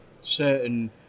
certain